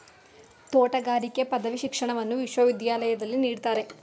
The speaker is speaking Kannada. ತೋಟಗಾರಿಕೆ ಪದವಿ ಶಿಕ್ಷಣವನ್ನು ವಿಶ್ವವಿದ್ಯಾಲಯದಲ್ಲಿ ನೀಡ್ತಾರೆ